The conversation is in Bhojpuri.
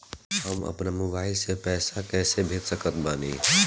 हम अपना मोबाइल से पैसा कैसे भेज सकत बानी?